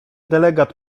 delegat